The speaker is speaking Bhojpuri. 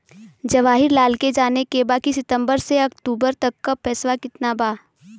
जवाहिर लाल के जाने के बा की सितंबर से अक्टूबर तक के पेसवा कितना बा?